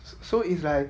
so it's like